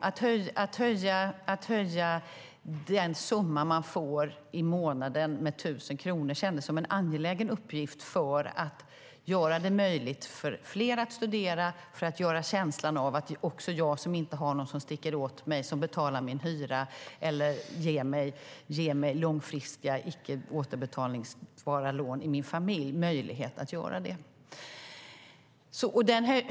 Att höja den summa man får i månaden med 1 000 kronor kändes som en angelägen uppgift för att göra det möjligt för fler att studera och för att ge fler känslan av att också jag som inte har någon i min familj som sticker åt mig pengar, betalar min hyra eller ger mig långfristiga eller icke återbetalbara lån har möjlighet att studera.